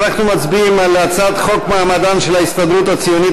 אנחנו מצביעים על הצעת חוק מעמדן של ההסתדרות הציונית